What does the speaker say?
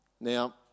Now